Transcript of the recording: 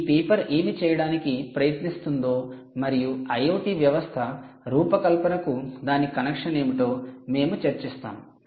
ఈ పేపర్ ఏమి చేయడానికి ప్రయత్నిస్తుందో మరియు IoT వ్యవస్థ రూపకల్పనకు దాని కనెక్షన్ ఏమిటో మేము చర్చిస్తాము